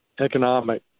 economic